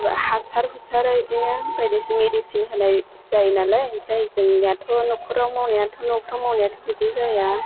हासार हुसार बिदिनो बायदिसिना मेडिसिन होनाय जायो नालाय आमफ्राय जोंनियाथ' नखराव मावनायाथ' न'फ्राव मावनायाथ' बिदि जाया